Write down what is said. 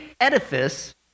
edifice